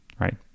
right